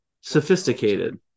sophisticated